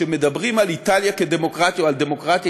כשמדברים על איטליה כדמוקרטיה או על הדמוקרטיה